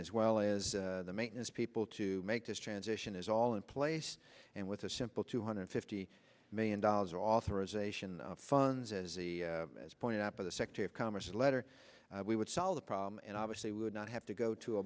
as well as the maintenance people to make this transition is all in place and with a simple two hundred fifty million dollars or authorization of funds as the as pointed out by the secretary of commerce letter we would solve the problem and obviously would not have to go to a